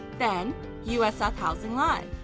then usf housing live.